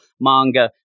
manga